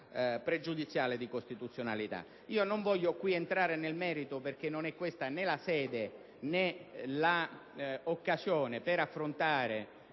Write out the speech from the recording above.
pregiudiziale di costituzionalità al nostro esame. Non voglio entrare nel merito, perché non è questa né la sede né l'occasione per affrontare